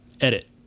edit